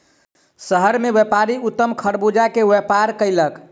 शहर मे व्यापारी उत्तम खरबूजा के व्यापार कयलक